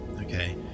okay